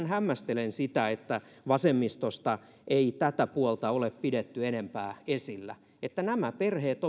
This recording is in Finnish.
hämmästelen että vasemmistosta ei tätä puolta ole pidetty enempää esillä että nämä perheet